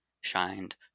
shined